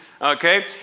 okay